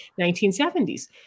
1970s